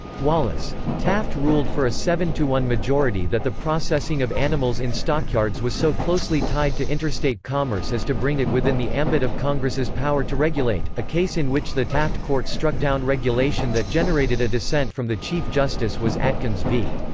wallace. taft ruled for a seven one majority that the processing of animals in stockyards was so closely tied to interstate commerce as to bring it within the ambit of congress's power to regulate a case in which the taft court struck down regulation that generated a dissent from the chief justice was adkins v.